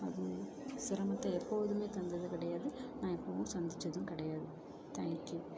அது சிரமத்தை எப்போதுமே தந்தது கிடையாது நான் எப்போவும் சந்திச்சதும் கிடையாது தேங்க் யூ